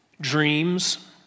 dreams